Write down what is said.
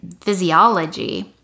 physiology